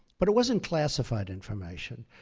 but it wasn't classified information.